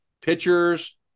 pitchers